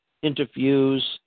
interviews